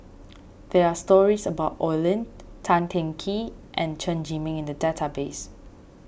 there are stories about Oi Lin Tan Teng Kee and Chen Zhiming in the database